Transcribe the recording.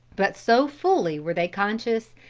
but so fully were they conscious,